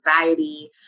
anxiety